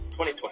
2020